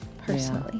personally